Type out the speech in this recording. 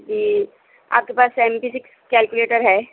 جی آپ کے پاس سائنٹفکس کیلکولیٹر ہے